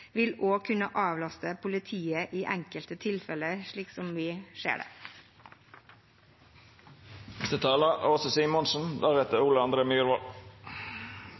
vil også kunne avlaste politiet i enkelte tilfeller, slik vi ser det. Ulovlig fiske er